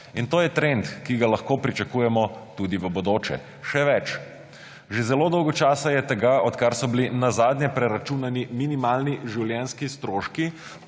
in to je trend, ki ga lahko pričakujemo tudi v bodoče. Še več! Že zelo dolgo časa je od tega, odkar so bili nazadnje preračunani minimalni življenjski stroški,